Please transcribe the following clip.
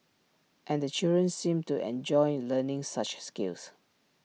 and the children seemed to enjoy learning such skills